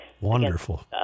Wonderful